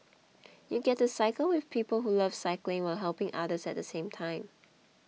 you get to cycle with people who love cycling while helping others at the same time